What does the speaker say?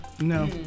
No